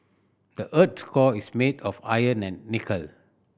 the earth's core is made of iron and nickel